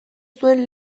zuen